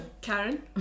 karen